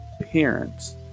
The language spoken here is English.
parents